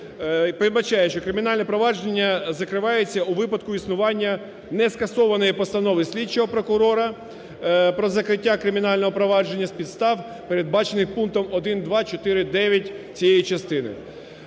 кримінальне провадження закривається у випадку існування нескасованої постанови слідчого прокурора про закриття кримінального провадження з підстав, передбачених пунктом 1, 2, 4, 9 цієї частини.